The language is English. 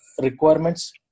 requirements